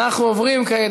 אנחנו עוברים כעת,